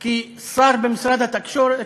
הצעה, כי שר במשרד התקשורת,